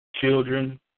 children